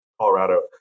Colorado